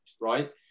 right